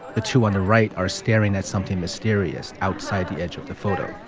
the two on the right are staring at something mysterious outside the edge of the photo.